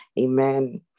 amen